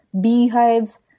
Beehives